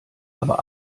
aber